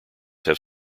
have